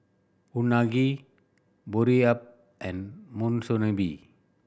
Unagi Boribap and Monsunabe